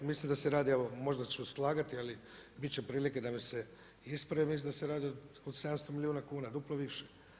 Mislim da se radi evo možda ću slagati, ali bit će prilike da me se ispravi mislim da se radi oko 700 milijuna kuna duplo više.